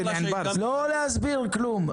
לא להסביר כלום.